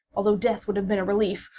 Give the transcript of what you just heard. although death would have been a relief,